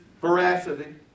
veracity